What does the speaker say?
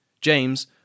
James